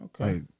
okay